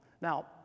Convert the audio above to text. Now